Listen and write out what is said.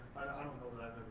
i don't know that